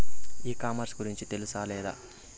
ఈ కామర్స్ గురించి తెలుసా లేదా?